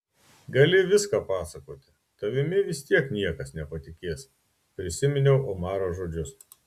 gali viską pasakoti tavimi vis tiek niekas nepatikės prisiminiau omaro žodžius